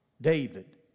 David